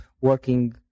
working